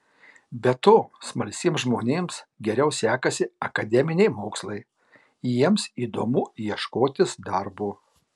be to smalsiems žmonėms geriau sekasi akademiniai mokslai jiems įdomu ieškotis darbo